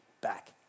back